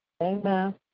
Amen